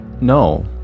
No